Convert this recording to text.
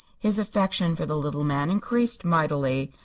his affection for the little man increased mightily,